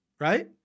right